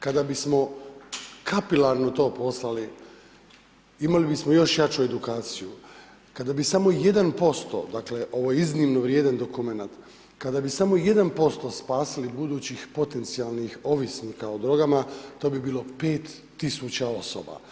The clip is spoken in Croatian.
Kada bismo kapilarno to poslali, imali bismo još jaču edukaciju, kada bi samo 1%, dakle, ovo je iznimno vrijedan dokumenat, kada bi samo 1% spasili budućih potencijalnih ovisnika o drogama, to bi bilo 5000 osoba.